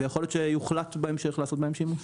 ויכול להיות שיוחלט בהמשך לעשות בהם שימוש.